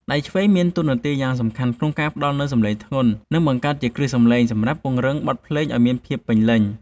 ដៃឆ្វេងមានតួនាទីយ៉ាងសំខាន់ក្នុងការផ្ដល់នូវសម្លេងធ្ងន់ និងបង្កើតជាគ្រឹះសម្លេងសម្រាប់ពង្រឹងបទភ្លេងឱ្យមានភាពពេញលេញ។